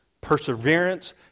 perseverance